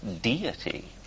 deity